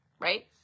right